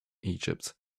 egypt